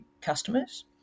customers